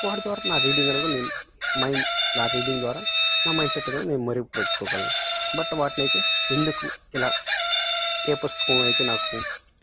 వాటి ద్వారా నా రీడింగ్ అనేది కూడా నేను మైండ్ నా రీడింగ్ ద్వారా నా మైండ్సెట్ అనేది నేను మెరుగుపరచుకోగలను బట్ వాటిని అయితే ఎందుకు ఇలా ఏ పుస్తకం అయితే నాకు